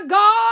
God